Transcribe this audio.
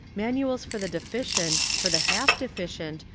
manuals for the defi cient, for the half-deficient,